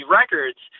records